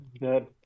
Good